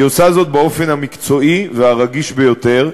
היא עושה זאת באופן המקצועי והרגיש ביותר.